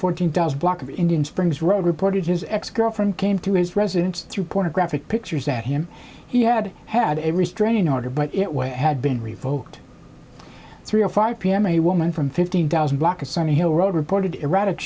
fourteen does block of indian springs road reported his ex girlfriend came to his residence threw pornographic pictures at him he had had a restraining order but it way had been revoked three zero five pm a woman from fifteen thousand block a sunny hill road reported erratic